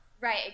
Right